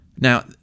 Now